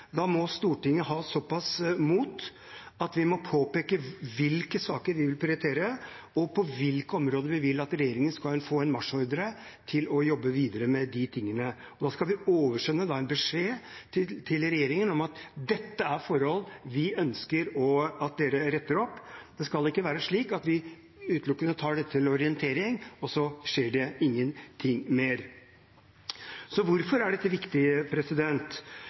Da må Stortinget ha såpass mot at vi påpeker hvilke saker vi vil prioritere, og på hvilke områder vi vil at regjeringen skal få en marsjordre til å jobbe videre. Vi skal oversende en beskjed til regjeringen om at dette er forhold vi ønsker at den retter opp. Det skal ikke være slik at vi utelukkende tar det til orientering, og så skjer det ingenting mer. Hvorfor er det viktig